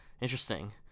interesting